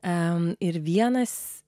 m ir vienas